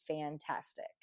fantastic